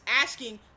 asking